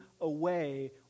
away